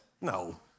No